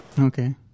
okay